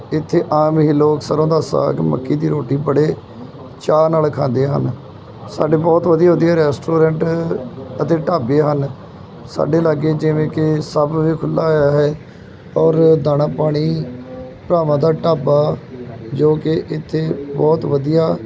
ਇੱਥੇ ਆਮ ਹੀ ਲੋਕ ਸਰੋਂ ਦਾ ਸਾਗ ਮੱਕੀ ਦੀ ਰੋਟੀ ਬੜੇ ਚਾਅ ਨਾਲ ਖਾਂਦੇ ਹਨ ਸਾਡੇ ਬਹੁਤ ਵਧੀਆ ਵਧੀਆ ਰੈਸਟੋਰੈਂਟ ਅਤੇ ਢਾਬੇ ਹਨ ਸਾਡੇ ਲਾਗੇ ਜਿਵੇਂ ਕਿ ਸਬਵੇ ਖੁੱਲ੍ਹਾ ਆਇਆ ਹੈ ਔਰ ਦਾਣਾ ਪਾਣੀ ਭਰਾਵਾਂ ਦਾ ਢਾਬਾ ਜੋ ਕਿ ਇੱਥੇ ਬਹੁਤ ਵਧੀਆ